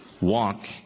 Walk